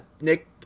Nick